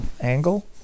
angle